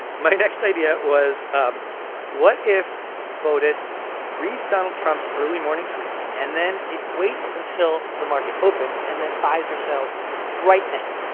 my next idea was um what if botus reads donald trump's early-morning tweets and then it waits until the market opens and then buys or sells right then?